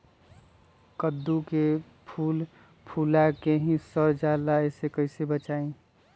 कददु के फूल फुला के ही सर जाला कइसे सरी से बचाई?